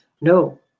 no